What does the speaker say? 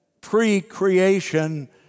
pre-creation